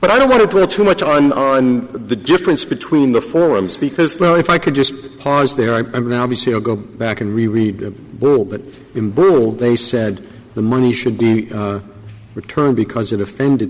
but i don't want to dwell too much on on the difference between the forms because if i could just pause there i mean obviously i'll go back and reread but will they said the money should be returned because it offended